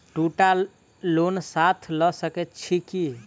दु टा लोन साथ लऽ सकैत छी की?